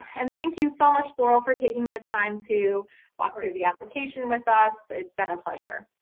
and thank you so much, laurel, for taking the time to walk through the application with us, it's been a pleasure.